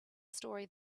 story